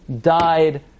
died